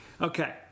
Okay